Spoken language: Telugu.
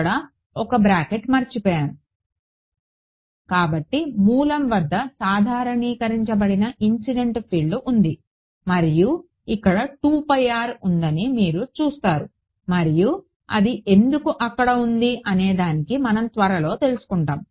ఇక్కడ ఒక బ్రాకెట్ మర్చిపోయాను కాబట్టి మూలం వద్ద సాధారణీకరించబడిన ఇన్సిడెంట్ ఫీల్డ్ ఉంది మరియు ఇక్కడ ఉందని మీరు చూస్తారు మరియు అది ఎందుకు అక్కడ ఉంది అనేదానికి మనం త్వరలో తెలుసుకుంటాము